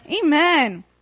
Amen